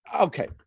okay